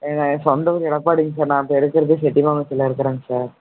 என் சொந்த ஊர் எடப்பாடிங்க சார் நான் இப்போ இருக்கிறது செட்டினவாசலில் இருக்கிறேங்க சார்